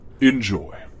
Enjoy